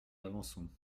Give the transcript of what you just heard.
avançons